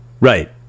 right